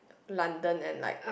London and like